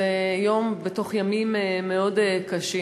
זה יום בתוך ימים מאוד קשים,